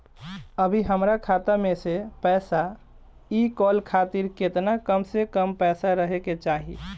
अभीहमरा खाता मे से पैसा इ कॉल खातिर केतना कम से कम पैसा रहे के चाही?